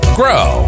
grow